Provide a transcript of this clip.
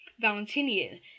valentinian